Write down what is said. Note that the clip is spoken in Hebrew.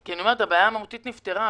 כי הבעיה המהותית נפתרה,